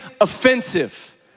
offensive